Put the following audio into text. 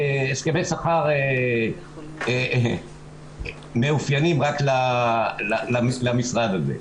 הסכמי שכר המאופיינים רק למשרד הזה,